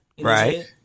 Right